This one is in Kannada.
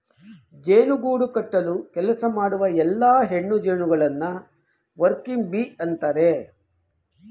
ಜೇನು ಗೂಡು ಕಟ್ಟಲು ಕೆಲಸ ಮಾಡುವ ಎಲ್ಲಾ ಹೆಣ್ಣು ಜೇನುನೊಣಗಳನ್ನು ವರ್ಕಿಂಗ್ ಬೀ ಅಂತರೆ